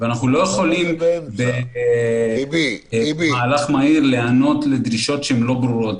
ואנחנו לא יכולים במהלך מהיר להיענות לדרישות לא ברורות.